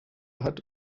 hat